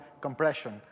compression